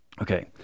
Okay